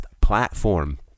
platform